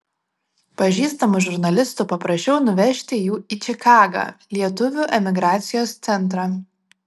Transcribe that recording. pažįstamų žurnalistų paprašiau nuvežti jų į čikagą lietuvių emigracijos centrą